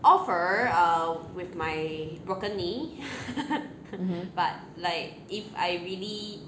mmhmm